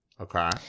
Okay